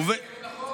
זה בניגוד לחוק?